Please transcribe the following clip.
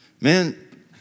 Man